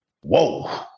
Whoa